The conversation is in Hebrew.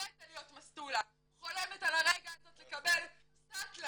מתה להיות מסטולה, חולמת על הרגע הזה לקבל סטלה.